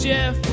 Jeff